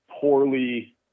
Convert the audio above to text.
poorly